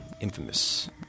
infamous